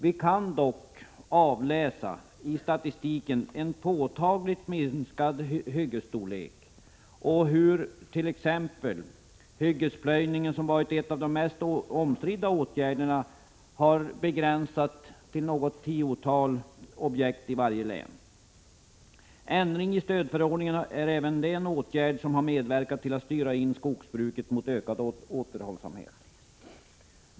Vi kan dock i statistiken avläsa en påtagligt minskad hyggesstorlek och hur t.ex. hyggesplöjningen, som varit en av de mest omstridda åtgärderna, har begränsats till endast något tiotal objekt i varje län. Ändring i stödförordningarna är även det en åtgärd som har medverkat till att styra in skogsbruket mot ökad återhållsamhet.